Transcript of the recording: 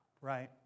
Right